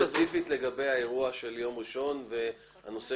ספציפית לגבי האירוע של יום ראשון והנושא